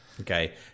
Okay